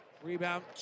Rebound